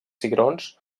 cigrons